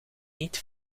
niet